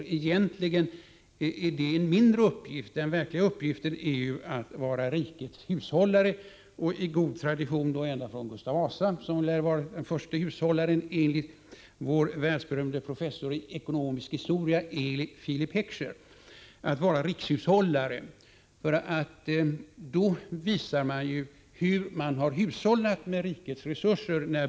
Det är egentligen en mindre uppgift än den som är hans verkliga uppgift, nämligen att vara rikets hushållare — i god tradition ända från Gustav Vasa, som enligt vår världsberömde professor i ekonomisk historia Eli Filip Heckscher var vår förste rikshushållare. Som rikshushållare har man när budgetåret är slut att visa hur man hushållat med rikets resurser.